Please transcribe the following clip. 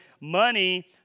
Money